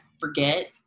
forget